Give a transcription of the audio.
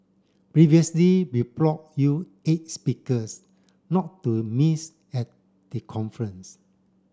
previously we brought you eight speakers not to miss at the conference